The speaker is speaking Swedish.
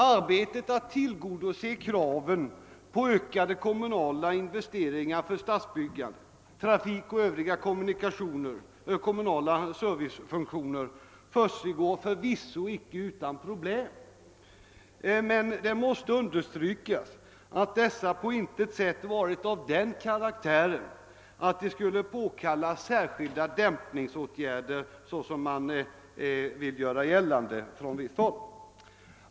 Arbetet på att tillgodose kraven på ökade konimunala investeringar för stadsbyggande, trafik och övriga kommunala servicefunktioner går förvisso inte utan problem, men det måste understrykas att dessa på intet sätt har varit av den karaktären att de skulle påkalla särskilda dämpningsåtgärder, som man från visst håll vill göra gällande.